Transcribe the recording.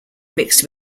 mixed